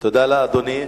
תודה לאדוני.